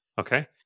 Okay